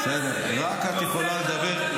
--- רק את יכולה לדבר.